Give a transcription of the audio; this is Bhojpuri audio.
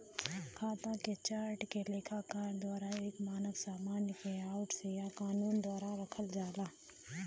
खाता के चार्ट के लेखाकार द्वारा एक मानक सामान्य लेआउट से या कानून द्वारा रखल जाला